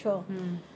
mm mm